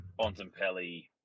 Bontempelli